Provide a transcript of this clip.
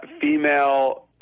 female